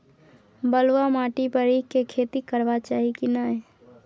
बलुआ माटी पर ईख के खेती करबा चाही की नय?